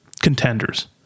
contenders